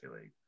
League